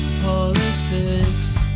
politics